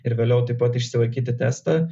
ir vėliau taip pat išsilaikyti testą